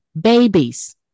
babies